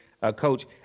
coach